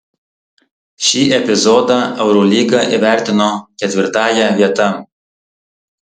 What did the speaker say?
šį epizodą eurolyga įvertino ketvirtąja vieta